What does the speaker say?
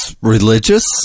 religious